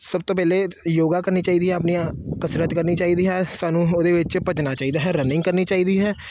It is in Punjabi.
ਸਭ ਤੋਂ ਪਹਿਲੇ ਯੋਗਾ ਕਰਨੀ ਚਾਹੀਦੀ ਹੈ ਆਪਣੀਆਂ ਕਸਰਤ ਕਰਨੀ ਚਾਹੀਦੀ ਹੈ ਸਾਨੂੰ ਉਹਦੇ ਵਿੱਚ ਭੱਜਣਾ ਚਾਹੀਦਾ ਹੈ ਰਨਿੰਗ ਕਰਨੀ ਚਾਹੀਦੀ ਹੈ